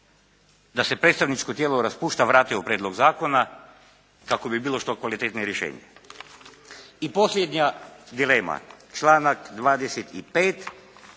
da se predstavničko tijelo raspušta, vrati u prijedlog zakona kako bi bilo što kvalitetnije rješenje. I posljednja dilema, članak 25.